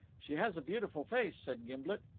she has a beautiful face, said gimblet.